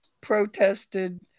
protested